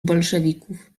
bolszewików